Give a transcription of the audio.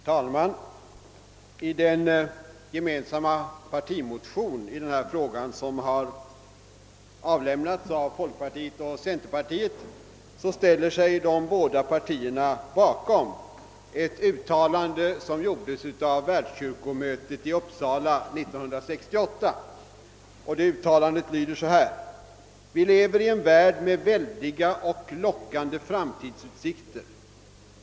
Herr talman! I den gemensamma partimotion som i denna fråga avlämnats av folkpartiet och centerpartiet ställde sig de båda partierna bakom ett uttalande av världskyrkomötet i Uppsala 1968. Uttalandet lyder så: »Vi lever i en värld med väldiga och lockande framtidsutsikter.